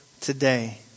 today